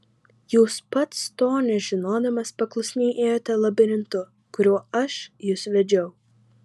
jūs pats to nežinodamas paklusniai ėjote labirintu kuriuo aš jus vedžiau